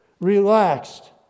Relaxed